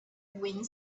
wind